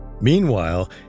Meanwhile